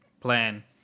plan